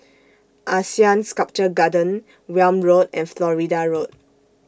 Asean Sculpture Garden Welm Road and Florida Road